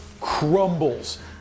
crumbles